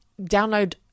download